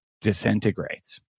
disintegrates